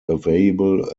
available